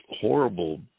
horrible